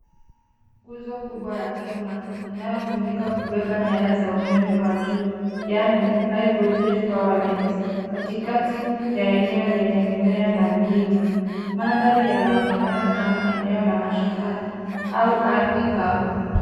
Nguzo kubwa ya chuma inayotumika kubeba nyaya za umeme wa juu, yaani, high voltage power lines , katikati ya eneo lenye mimea na vilima. Mandhari yanaonekana kama eneo la mashambani au ardhi kavu.